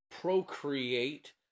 Procreate